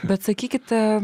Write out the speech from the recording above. bet sakykite